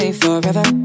forever